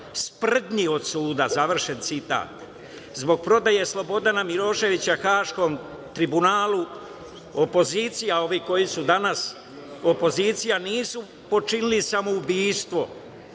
sprdnji od suda, završen citat, zbog prodaje Slobodana Miloševića Haškom tribunalu, opozicija, ovi koji su danas opozicija nisu počinili samoubistvo